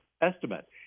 estimate